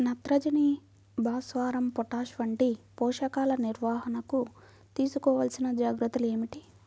నత్రజని, భాస్వరం, పొటాష్ వంటి పోషకాల నిర్వహణకు తీసుకోవలసిన జాగ్రత్తలు ఏమిటీ?